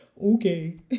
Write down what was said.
okay